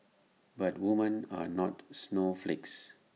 but women are not snowflakes